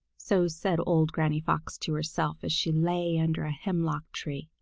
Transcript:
so said old granny fox to herself, as she lay under a hemlock tree,